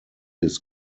his